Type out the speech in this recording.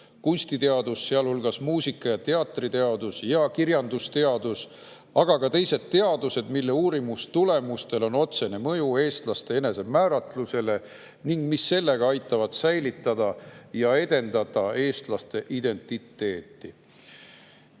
kunstiteadus, sh muusika‑ ja teatriteadus, samuti kirjandusteadus, aga ka teised teadused, mille uurimise tulemustel on otsene mõju eestlaste enesemääratlusele ning mis sellega aitavad säilitada ja edendada eestlaste identiteeti. Kui